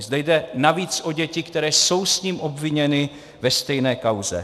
Zde jde navíc o děti, které jsou s ním obviněny ve stejné kauze.